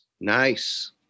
Nice